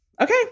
Okay